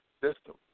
system